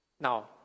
now